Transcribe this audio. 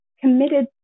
committed